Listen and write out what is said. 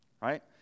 right